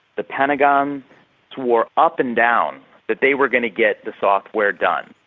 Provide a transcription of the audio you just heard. the pentagon swore up and down that they were going to get the software done.